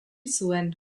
zuen